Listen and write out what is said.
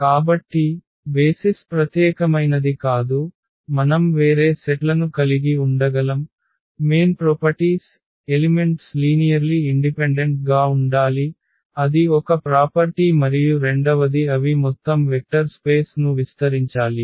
కాబట్టి బేసిస్ ప్రత్యేకమైనది కాదు మనం వేరే సెట్లను కలిగి ఉండగలం ప్రధాన లక్షణాలు ఎలిమెంట్స్ లీనియర్లి ఇండిపెండెంట్ గా ఉండాలి అది ఒక ప్రాపర్టీ మరియు రెండవది అవి మొత్తం వెక్టర్ స్పేస్ ను విస్తరించాలి